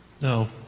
No